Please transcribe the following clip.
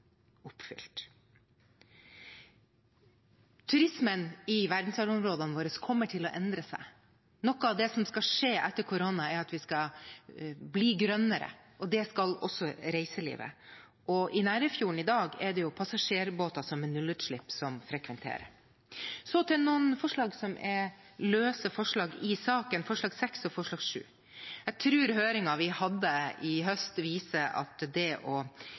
oppfylt. Turismen i verdensarvområdene våre kommer til å endre seg. Noe av det som skal skje etter koronaen, er at vi skal bli grønnere, og det skal også reiselivet bli. I Nærøyfjorden frekventerer det i dag passasjerbåter som har nullutslipp. Så til noen løse forslag i saken, forslagene nr. 6 og 7. Jeg tror høringen vi hadde i høst, viser at det å